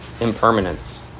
impermanence